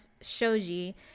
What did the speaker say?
Shoji